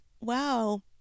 wow